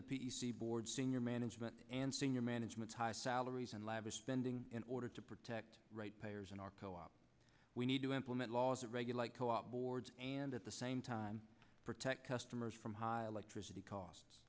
the p c board senior management and senior management high salaries and lavish spending in order to protect right payers in our co op we need to implement laws that regulate co op boards and at the same time protect customers from high electricity costs